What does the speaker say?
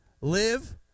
Live